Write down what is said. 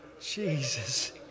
Jesus